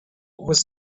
was